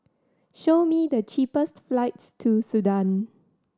show me the cheapest flights to Sudan